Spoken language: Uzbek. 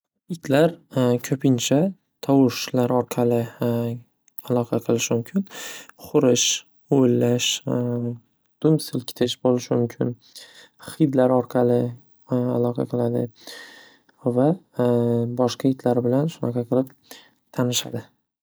Itlar ko‘pincha tovushlar orqali aloqa qilishi mumkin. Xurish, o'villash, dum silkitish bo‘lishi mumkin. Xidlar orqali aloqa qiladi va boshqa itlar bilan shunaqa qilib tanishadi.